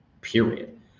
period